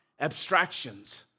abstractions